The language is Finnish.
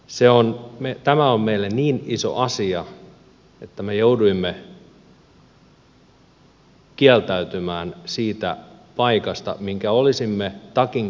tämä on meille niin iso asia että me jouduimme kieltäytymään siitä paikasta minkä olisimme takin kääntämällä saaneet